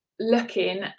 looking